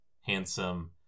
handsome